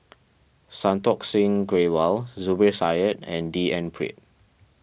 Santokh Singh Grewal Zubir Said and D N Pritt